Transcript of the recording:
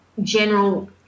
general